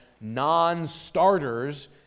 non-starters